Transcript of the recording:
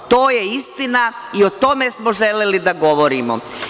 To je istina i o tome smo želeli da govorimo.